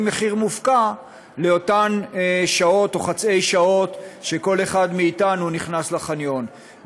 מחיר מופקע לאותן שעות או חצאי שעות שכל אחד מאתנו נכנס לחניון.